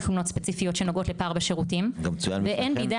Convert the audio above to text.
שאלות ספציפיות שנוגעות לפער בשירותים ואין בידי